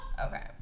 Okay